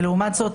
לעומת זאת,